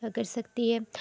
یا کر سکتی ہے